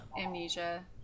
Amnesia